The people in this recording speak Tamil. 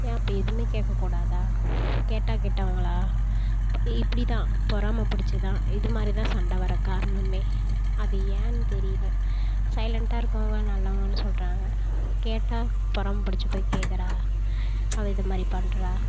ஏன் அப்போ எதுவும் கேட்க கூடாதா கேட்டால் கெட்டவங்களா இப்படி தான் பொறாமை பிடிச்சு தான் இது மாதிரி தான் சண்டை வர காரணம் அது ஏன்னு தெரியல சைலண்டாக இருக்கவங்க நல்லவங்கனு சொல்கிறாங்க கேட்டால் பொறாமை புடிச்சி போய் கேட்குறா அவள் இதை மாதிரி பண்ணுறா